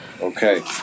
Okay